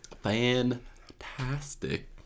Fantastic